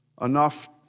enough